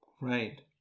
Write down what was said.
Right